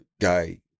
guy